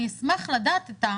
אני אשמח לדעת מה